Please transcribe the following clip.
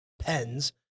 pens